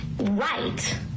right